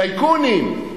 טייקונים.